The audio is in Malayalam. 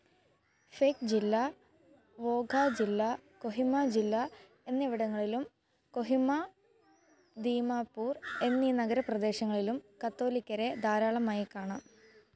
ഫെക് ജില്ല വോഖ ജില്ല കൊഹിമ ജില്ല എന്നിവിടങ്ങളിലും കൊഹിമ ദീമാപൂർ എന്നീ നഗര പ്രദേശങ്ങളിലും കത്തോലിക്കരെ ധാരാളമായി കാണാം